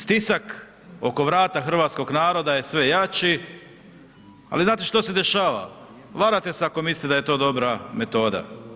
Stisak oko vrata hrvatskog naroda je sve jači, ali znate što se dešava, varate se ako mislite da je to dobra metoda.